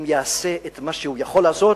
אם יעשה את מה שהוא יכול לעשות,